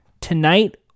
Tonight